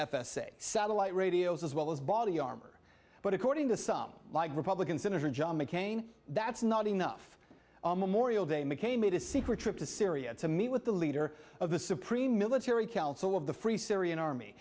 a satellite radios as well as body armor but according to some like republican senator john mccain that's not enough a memorial day mccain made a secret trip to syria to meet with the leader of the supreme military council of the free syrian army